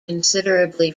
considerably